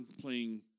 playing